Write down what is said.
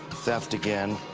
theft again,